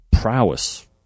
prowess